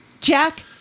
jack